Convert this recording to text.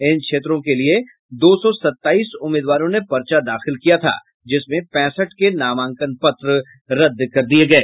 इन क्षेत्रों के लिये दो सौ सताईस उम्मीदवारों ने पर्चा दाखिल किया था जिसमें पैंसठ के नामांकन पत्र रद्द कर दिये गये